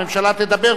הממשלה תדבר,